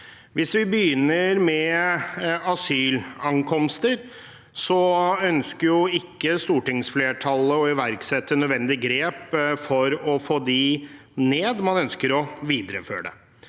Hvis vi begynner med asylankomster, ønsker ikke stortingsflertallet å iverksette nødvendige grep for å få dem ned, man ønsker å videreføre